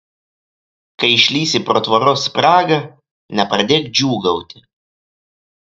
kai išlįsi pro tvoros spragą nepradėk džiūgauti